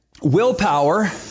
Willpower